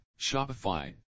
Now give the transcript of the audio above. Shopify